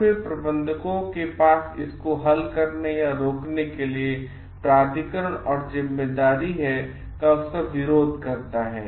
फिर प्रबंधकों के पास इसको हल करने या रोकने के लिए प्राधिकरण और जिम्मेदारी है विरोध करता है